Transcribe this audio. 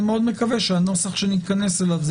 אני מקווה מאוד שהנוסח שנתכנס אליו הוא